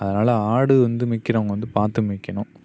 அதனால் ஆடு வந்து மேய்க்கிறவங்க வந்து பார்த்து மேய்க்கணும்